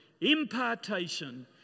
impartation